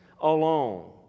alone